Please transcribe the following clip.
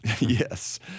Yes